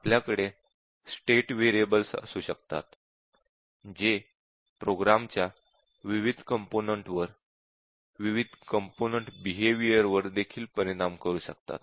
आपल्याकडे state variables असू शकतात जे प्रोग्रामच्या विविध कम्पोनन्ट वर विविध कम्पोनन्ट बिहेव्यिअर वर देखील परिणाम करू शकतात